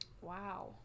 Wow